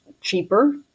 cheaper